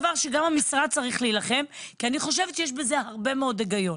זה דבר שגם המשרד צריך להילחם כי אני חושבת שיש בזה הרבה מאוד היגיון.